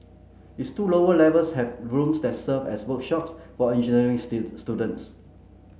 its two lower levels have rooms that serve as workshops for engineering students